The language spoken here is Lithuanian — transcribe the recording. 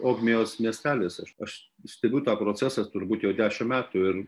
ogmios miestelis aš stebiu tą procesą turbūt jau dešimt metų ir